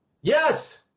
Yes